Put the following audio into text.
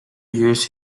years